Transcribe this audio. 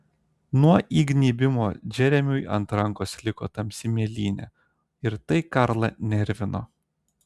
nuo įgnybimo džeremiui ant rankos liko tamsi mėlynė ir tai karlą nervino